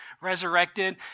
resurrected